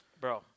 Bro